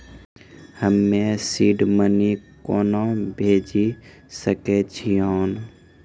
हम्मे seed money कोना भेजी सकै छिओंन